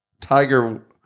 Tiger